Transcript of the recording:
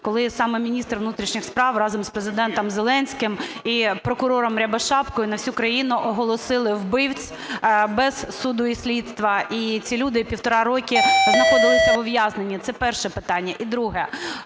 коли саме міністр внутрішніх справ разом з Президентом Зеленським і прокурором Рябошапкою на всю країну оголосили вбивць без суду і слідства, і ці люди півтора роки знаходилися в ув'язненні. Це перше питання. І друге.